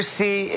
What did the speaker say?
see